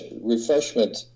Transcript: refreshment